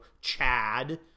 Chad